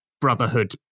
Brotherhood